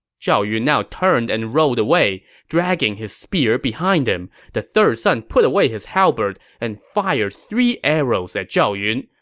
zhao yun now turned and rode away, dragging his spear behind him. the third son put away his halberd and fired three arrows at zhao yun,